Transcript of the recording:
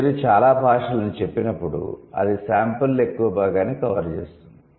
మీరు చాలా భాషలు అని చెప్పినప్పుడు అది శాంపిల్లో ఎక్కువ భాగాన్ని కవర్ చేస్తుంది